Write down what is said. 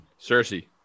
Cersei